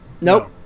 Nope